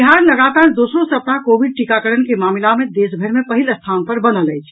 बिहार लगातार दोसरो सप्ताह कोविड टीकाकरण के मामिला मे देशभरि मे पहिल स्थान पर बनल अछि